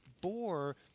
bore